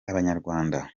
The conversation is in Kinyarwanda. abanyarwanda